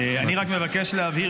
אני רק מבקש להבהיר,